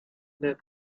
that